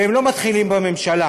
והם לא מתחילים בממשלה.